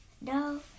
no